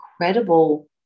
incredible